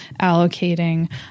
allocating